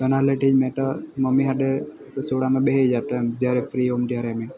mummy હાટે રસોડામાં બેસી જાતા જયારે ફ્રી હોઉ ત્યારે બી